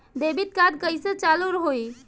Debit card कइसे चालू होई?